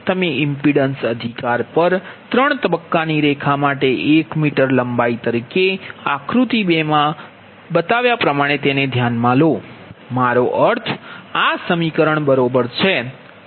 તમે ઇમ્પિડન્સ અધિકાર પર ત્રણ તબક્કા ની રેખા માટે એક મીટર લંબાઈ તરીકે આકૃતિ 2 મા બતાવ્યા પ્ર્માણે ધ્યાનમાં લો મારો અર્થ આ સમીકરણ બરોબર છે